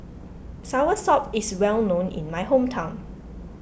Soursop is well known in my hometown